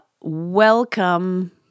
welcome